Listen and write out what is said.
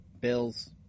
Bills